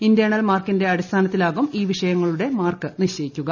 internal മാർക്കിന്റെ അടിസ്ഥാനത്തിലാകും ഈ വിഷയങ്ങളുടെ മാർക്ക് നിശ്ചയിക്കുക